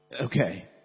Okay